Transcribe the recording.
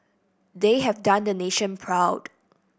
they have done the nation proud